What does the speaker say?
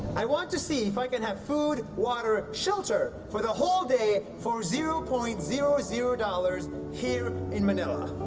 i want to see if i can have food, water, shelter for the whole day for zero point zero zero dollars here in manila.